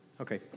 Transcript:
okay